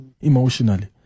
emotionally